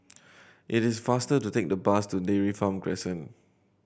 it is faster to take the bus to Dairy Farm Crescent